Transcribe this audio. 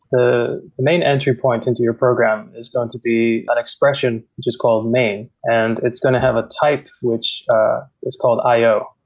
the main entry point into your program is going to be an expression, which is called main, and it's going to have a type which is called io.